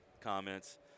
comments